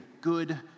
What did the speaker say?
good